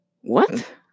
What